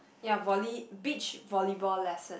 ya volley~ beach volleyball lesson